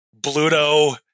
bluto